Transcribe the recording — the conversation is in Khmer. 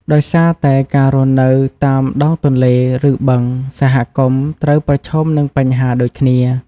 ដោយសារតែការរស់នៅនៅតាមដងទន្លេ ឬបឹង សហគមន៍ត្រូវប្រឈមនឹងបញ្ហាដូចគ្នា។